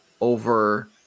over